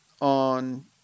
on